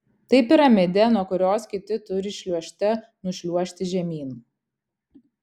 tai piramidė nuo kurios kiti turi šliuožte nušliuožti žemyn